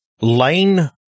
Lane